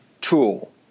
tool